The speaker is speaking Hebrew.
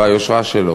ביושרה שלו.